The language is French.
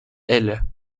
aile